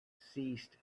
ceased